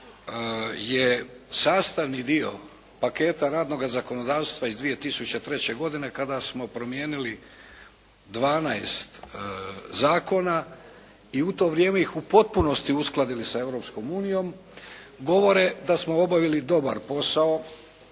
je sastavni dio paketa radnoga zakonodavstva iz 2003. godine kada smo promijenili 12 zakona i u to vrijeme ih u potpunosti uskladili sa Europskom unijom, govore da smo obavili dobar posao